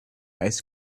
ice